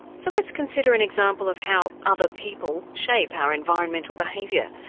so let's consider an example of how other people shape our environmental behaviour.